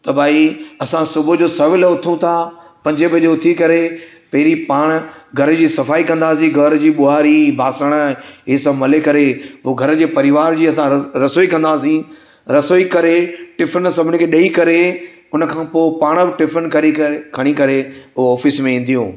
त भाई असां सुबुह जो सवेल उथूं था पंजे बजे उथी करे पहिरीं पाणि घर जी सफ़ाई कंदासीं घर जी ॿुहारी बासण ई सभु मले करे पोइ घर जे परिवार जी असां र रसोई कंदासीं रसोई करे टिफ़िन सभिनी खे ॾेई करे हुन खां पोइ पाणि बि टिफ़िन खड़ी करे खणी करे उहे ऑफ़िस में ईंदियूं